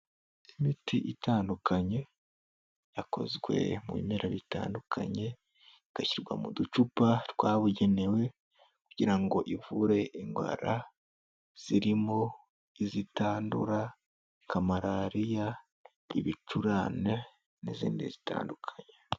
Imiti itandukanye yakozwe mu bimera bitandukanye, igashyirwa mu ducupa twabugenewe kugira ngo ivure indwara zirimo izitandura nka Malariya, Ibicurane n'izindi zitandukanye.